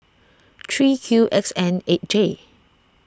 three Q X N eight J